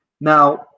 Now